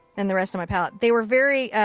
and the rest of my palette. they were very, ah.